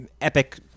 epic